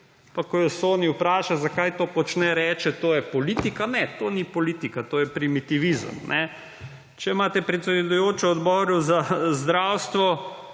ko jo Soni vpraša, zakaj to počne, reče, to je politika. Ne, to ni politika, to je primitivizem. Če imate predsedujočo Odboru za zdravstvo,